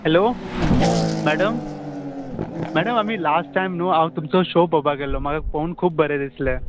hello madam madam आमी last time न्हू हांव तुमचो शो पोवपाक गेल्लो म्हाका पोवन खूप बरें दिसलें